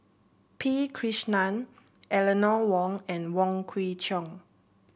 P Krishnan Eleanor Wong and Wong Kwei Cheong